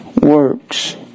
works